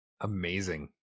Amazing